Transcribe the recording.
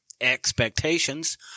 Expectations